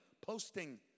posting